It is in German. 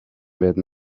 werden